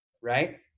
right